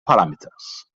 parameters